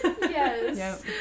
yes